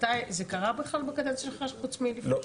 זה קרה בכלל בקדנציה שלך חוץ מלפני שבועיים?